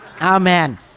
Amen